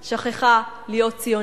בעיקר שכחה להיות ציונית.